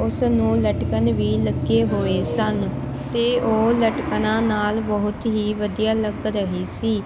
ਉਸ ਨੂੰ ਲਟਕਣ ਵੀ ਲੱਗੇ ਹੋਏ ਸਨ ਅਤੇ ਉਹ ਲਟਕਣਾਂ ਨਾਲ ਬਹੁਤ ਹੀ ਵਧੀਆ ਲੱਗ ਰਹੀ ਸੀ